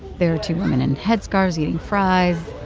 there are two women in headscarves eating fries.